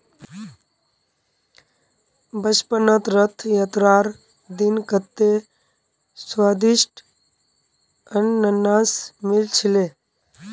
बचपनत रथ यात्रार दिन कत्ते स्वदिष्ट अनन्नास मिल छिले